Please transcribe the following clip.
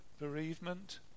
bereavement